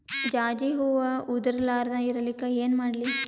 ಜಾಜಿ ಹೂವ ಉದರ್ ಲಾರದ ಇರಲಿಕ್ಕಿ ಏನ ಮಾಡ್ಲಿ?